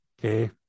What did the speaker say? Okay